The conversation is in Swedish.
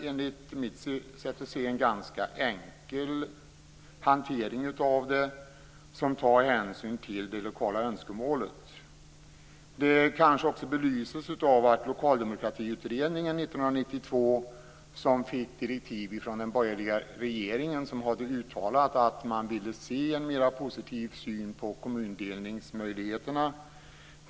Enligt min mening är det en ganska enkel hantering, varvid hänsyn tas till lokala önskemål. Detta belyses kanske också av Lokaldemokratiutredningen 1992. Utredningen fick direktiv från den borgerliga regeringen, som hade uttalat att man ville se en mera positiv syn på kommundelningsmöjligheterna.